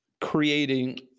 creating